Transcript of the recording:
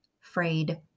frayed